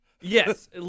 Yes